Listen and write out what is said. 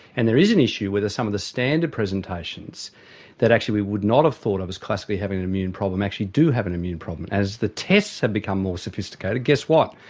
and there is an issue whether some of the standard presentations that actually we would not have thought of as classically having an immune problem actually do have an immune problem. as the tests have become more sophisticated, guess what,